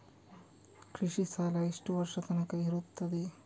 ಕೃಷಿ ಸಾಲ ಎಷ್ಟು ವರ್ಷ ತನಕ ಇರುತ್ತದೆ?